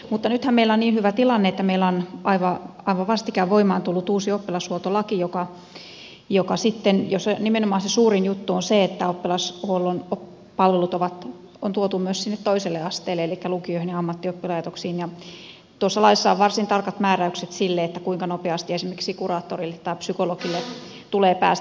mutta nythän meillä on niin hyvä tilanne että meillä on aivan vastikään voimaan tullut uusi oppilashuoltolaki jossa nimenomaan se suurin juttu on se että oppilashuollon palvelut on tuotu myös sinne toiselle asteelle elikkä lukioihin ja ammattioppilaitoksiin ja tuossa laissa on varsin tarkat määräykset sille kuinka nopeasti esimerkiksi kuraattorille tai psykologille tulee päästä